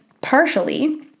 partially